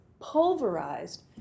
pulverized